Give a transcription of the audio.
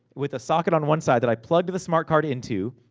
with a socket on one side, that i plugged the smart card into,